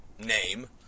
name